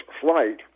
flight